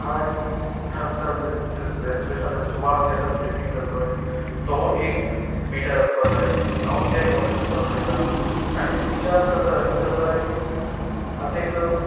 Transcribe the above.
heart धक धक आसा तें रेस्पिरेशन आसा तें स्वास घेता ब्रिथींग करता पय तोय एक बिटार आसपाक जाय हांव तें नोट करता पयतां आनी विचार करता रनिंग करताना की आतां एक